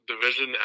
division